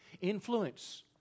influence